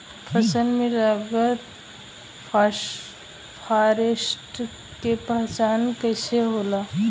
फसल में लगल फारेस्ट के पहचान कइसे होला?